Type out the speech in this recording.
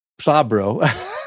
sabro